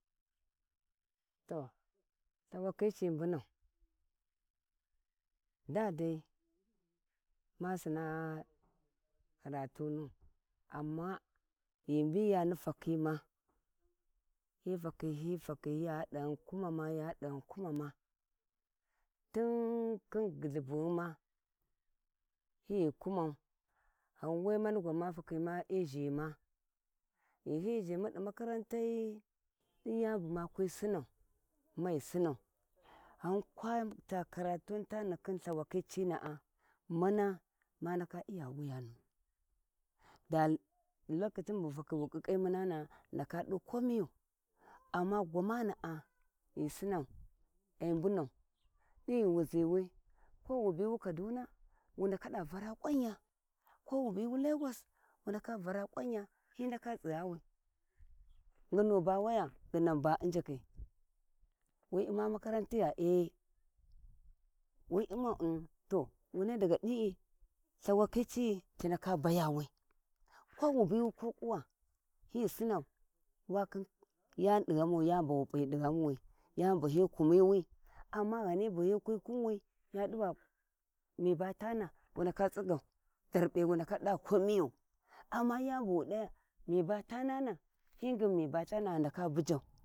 To llhawakhi ai mbunau to da dai ma sinnah karatunu amma ghi mbiyani takhima ghi takhin litatkhin y kumatinkhi gullubughuma hi kumau gha we dau we maug wan hi yani bu makwi sinau maghi sinau ghen kwa ta karatuni khin lthawaki ana`a munna wa ndaka iya wiyanu da lokaci wu takhin wa kikkimunana`a ghi ndaka du ko miyu amm gwamana`a ghi sinau ai mbunan di ghiwu ziwi ko wu biwu kadana wu ndaka da vara kwauga hi ndaka tsighawi nginu ba way angina ba injikhi wu uma maratigha ee wi umau wuna daga dii llthawakhi ci`I ci ndaka bayawi ko wu biwu kokuwa hi sinau wakhin yani di ghamwi yani bu hi kanwi auna gani bu hi kwi kumwi ghani hi bu hi kwi kunwi ya tsighuwi wu ndaka tsigga unintiligible amma gab u hi kuniwi wu ndaka bujau amma yani bu wa daya Tanana hi ngin nib a tawa ghi ndaka buyau.